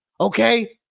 okay